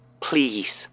please